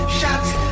shots